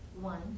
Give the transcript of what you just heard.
One